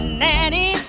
nanny